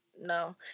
No